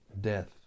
death